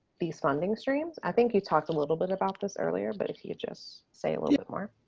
these funding streams i think you talked a little bit about this earlier, but if you just say a little bit more.